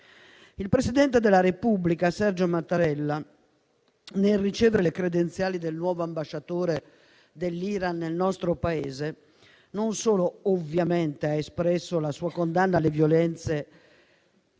Il Presidente della Repubblica Sergio Mattarella, nel ricevere le credenziali del nuovo ambasciatore dell'Iran nel nostro Paese, ha espresso non solo ovviamente la sua condanna delle violenze,